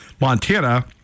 Montana